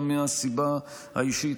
גם מהסיבה האישית,